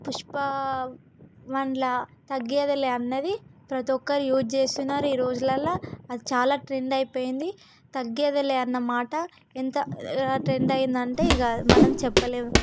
పుష్ప వన్లా తగ్గేదేలే అన్నది ప్రతి ఒక్కరు యూజ్ చేస్తున్నారు ఈ రోజులల్లా అది చాలా ట్రెండ్ అయిపోయింది తగ్గేదేలే అన్న మాట ఎంత ట్రెండ్ అయ్యింది అంటే ఇక మనం చెప్పలేము